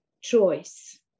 choice